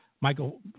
Michael